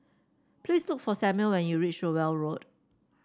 please look for Samuel when you reach Rowell Road